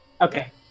Okay